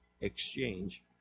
exchange